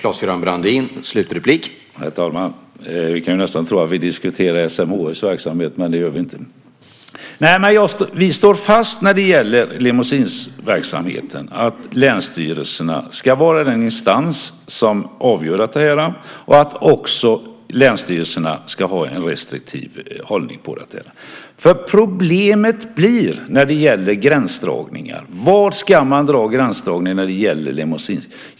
Herr talman! Man kan nästan tro att vi diskuterar SMHI:s verksamhet, men det gör vi inte. Vi står när det gäller limousineverksamheten fast vid att länsstyrelserna ska vara den instans som avgör detta och att länsstyrelserna också ska ha en restriktiv hållning. Det blir problem med gränsdragningar. Var ska man dra gränsen när det gäller limousineservice?